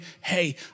hey